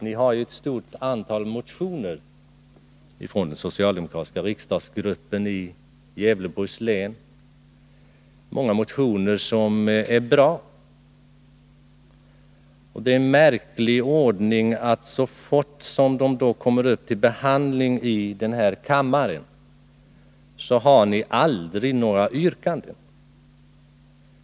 Ni har ett stort antal motioner från den socialdemokratiska riksdagsgruppen i Gävleborgs län, och många av dem är bra. Det är en märklig ordning att när de kommer upp till behandling i kammaren har ni aldrig några yrkanden.